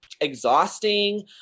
Exhausting